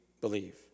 believe